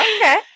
okay